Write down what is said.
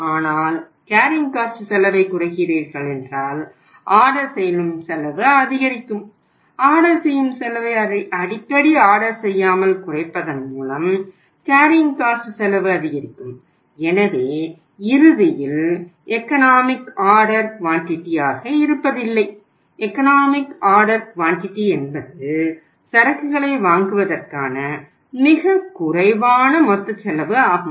ordering cost என்பது சரக்குகளை வாங்குவதற்கான மிகக் குறைவான மொத்த செலவு ஆகும்